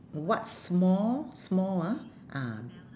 what small small ha ah